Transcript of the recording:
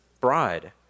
bride